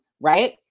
Right